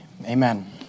Amen